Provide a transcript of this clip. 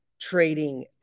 trading